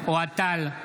אוהד טל,